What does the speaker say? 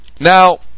Now